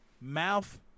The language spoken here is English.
mouth